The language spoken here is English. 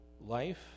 life